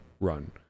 run